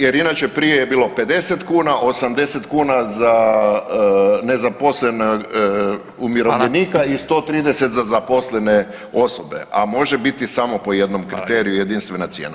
Jer inače prije je bilo 50 kuna, 80 kuna za nezaposlenog umirovljenika i 130 za zaposlene osobe, a može biti samo po jednom kriteriju jedinstvena cijena.